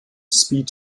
speed